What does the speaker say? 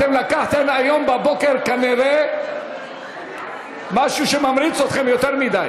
אתם לקחתם היום בבוקר כנראה משהו שממריץ אתכם יותר מדי.